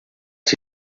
just